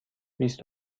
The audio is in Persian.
بیست